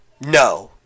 no